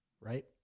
Right